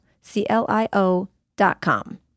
C-L-I-O.com